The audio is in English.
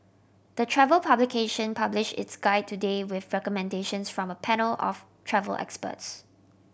the travel publication published its guide today with recommendations from a panel of travel experts